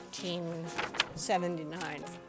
1979